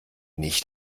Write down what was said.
nicht